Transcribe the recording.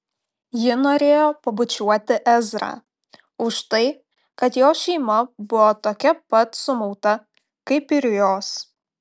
ji norėjo pabučiuoti ezrą už tai kad jo šeima buvo tokia pat sumauta kaip ir jos